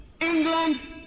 England